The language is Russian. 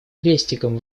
крестиком